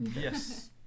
Yes